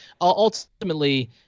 ultimately